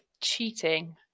cheating